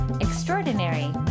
extraordinary